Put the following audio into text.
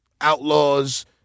Outlaws